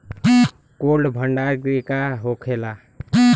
Cold भण्डार गृह का होखेला?